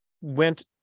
went